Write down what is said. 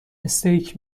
استیک